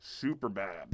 Superbad